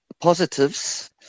positives